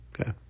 Okay